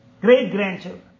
Great-grandchildren